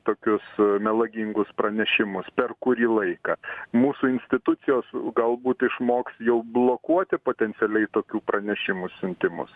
tokius melagingus pranešimus per kurį laiką mūsų institucijos galbūt išmoks jau blokuoti potencialiai tokių pranešimų siuntimus